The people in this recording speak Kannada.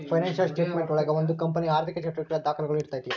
ಫೈನಾನ್ಸಿಯಲ್ ಸ್ಟೆಟ್ ಮೆಂಟ್ ಒಳಗ ಒಂದು ಕಂಪನಿಯ ಆರ್ಥಿಕ ಚಟುವಟಿಕೆಗಳ ದಾಖುಲುಗಳು ಇರ್ತೈತಿ